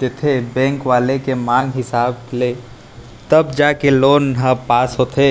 देथे बेंक वाले के मांग हिसाब ले तब जाके लोन ह पास होथे